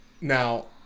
Now